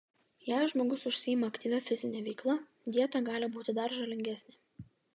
jei žmogus užsiima aktyvia fizine veikla dieta gali būti dar žalingesnė